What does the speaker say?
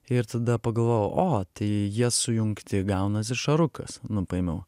ir tada pagalvojau o tai jie sujungti gaunasi šarukas nu paėmiau